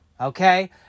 Okay